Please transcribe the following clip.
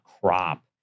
crop